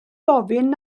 ofyn